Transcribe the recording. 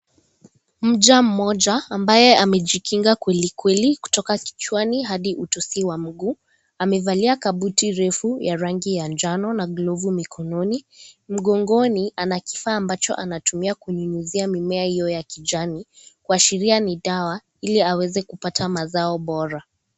Mja mmoja ambaye amejikinga kwelikweli kutoka kichwani hadi utosi wa mguu, amevalia kabuti refu la rangi ya njano na glovu mikononi, mgongoni ana kifaa ambacho anatumia kunyunyizia mimea hiyo ya kijani kuashiria ni dawa iki aweze kupata mazao bora.